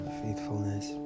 faithfulness